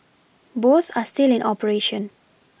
both are still in operation